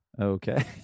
Okay